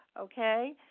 okay